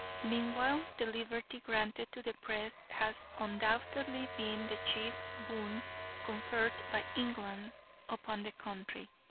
meanwhile the liberty granted to the press has undoubtedly been the chief boon conferred by england upon the country.